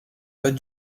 pas